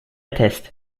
test